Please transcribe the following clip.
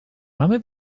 mamy